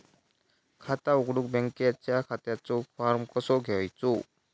खाता उघडुक बँकेच्या खात्याचो फार्म कसो घ्यायचो?